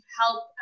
help